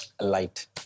Light